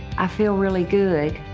i feel really good.